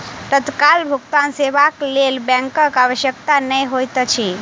तत्काल भुगतान सेवाक लेल बैंकक आवश्यकता नै होइत अछि